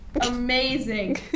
amazing